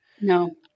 No